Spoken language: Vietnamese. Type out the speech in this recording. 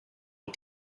rồi